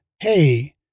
Hey